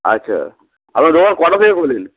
আচ্ছা আপনার দোকান কটা থেকে খোলেন